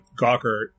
Gawker